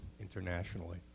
internationally